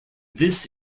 this